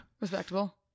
respectable